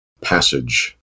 passage